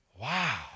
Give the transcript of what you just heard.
Wow